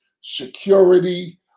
security